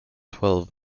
twelve